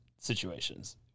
situations